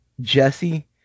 Jesse